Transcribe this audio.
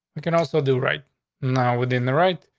we can also do right now within the right.